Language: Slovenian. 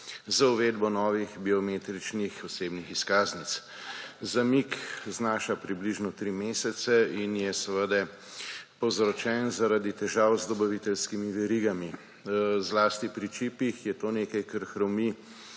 za uvedbo novih biometričnih osebnih izkaznic. Zamik znaša približno 3 mesece in je seveda povzročen zaradi težav z dobaviteljskimi verigami. Zlasti pri čipih je to nekaj, kar hromi